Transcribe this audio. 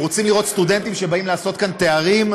אנחנו רוצים לראות סטודנטים שבאים לעשות כאן תארים,